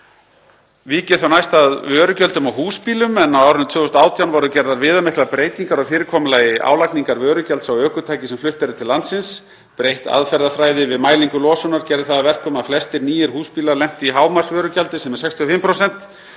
Vík ég þá næst að vörugjöldum af húsbílum en á árinu 2018 voru gerðar viðamiklar breytingar á fyrirkomulagi álagningar vörugjalds á ökutæki sem flutt eru til landsins. Breytt aðferðafræði við mælingu losunar gerði það að verkum að flestir nýir húsbílar lentu í hámarksvörugjaldi sem er 65%.